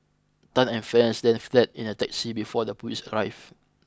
Tan and friends then fled in a taxi before the police arrived